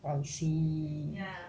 I see